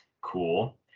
cool